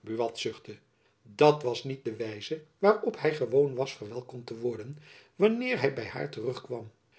buat zuchtte dat was niet de wijze waarop hy gewoon was verwelkomd te worden wanneer hy by haar